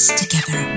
together